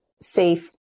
safe